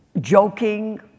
joking